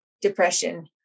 depression